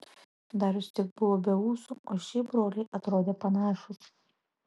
darius tik buvo be ūsų o šiaip broliai atrodė panašūs